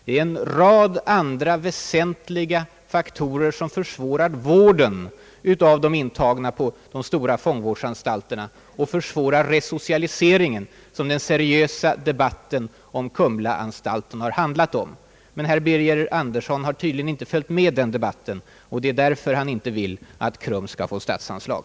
Det är ett antal andra väsentliga faktorer, som försvårar vården av de intagna på de stora fångvårdsanstalterna och försvårar resocialiseringen, som den seriösa debatten om Kumla-anstalten har handlat om. Men herr Birger Andersson har tydligen inte följt med den debatten. Därför vill han inte att KRUM skall få statsanslag.